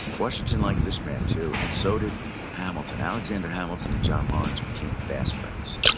washington liked this man too, and so did hamilton. alexander hamilton and john lawrence became fast friends.